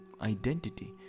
identity